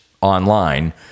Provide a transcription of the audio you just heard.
Online